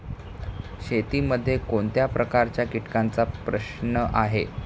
शेतीमध्ये कोणत्या प्रकारच्या कीटकांचा प्रश्न आहे?